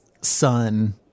son